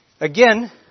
Again